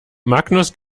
magnus